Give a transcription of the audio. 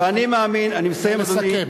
נא לסכם.